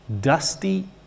dusty